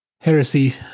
Heresy